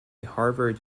harvard